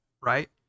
right